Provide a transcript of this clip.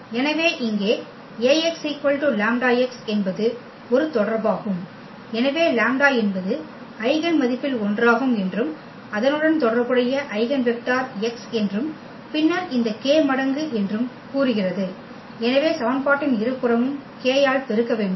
எனவே இங்கே Ax λx என்பது ஒரு தொடர்பாகும் எனவே λ என்பது ஐகென் மதிப்பில் ஒன்றாகும் என்றும் அதனுடன் தொடர்புடைய ஐகென் வெக்டர் x என்றும் பின்னர் இந்த k மடங்கு என்றும் கூறுகிறது எனவே சமன்பாட்டின் இருபுறமும் k ஆல் பெருக்க வேண்டும்